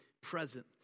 present